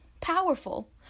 powerful